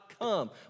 come